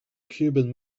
cuban